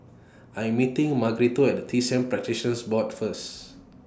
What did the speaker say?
I'm meeting Margarito At T C M Practitioners Board First